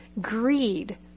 greed